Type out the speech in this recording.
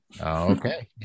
Okay